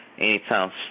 anytime